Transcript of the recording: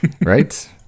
right